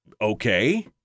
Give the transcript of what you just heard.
okay